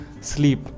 Sleep